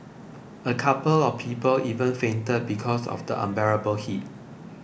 a couple of people even fainted because of the unbearable heat